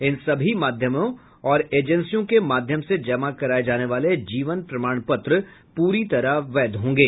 इन सभी माध्यमों और एजेंसियों के माध्यम से जमा कराए जाने वाले जीवन प्रमाणपत्र प्ररी तरह वैध होंगे